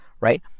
right